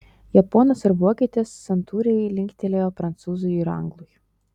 japonas ir vokietis santūriai linktelėjo prancūzui ir anglui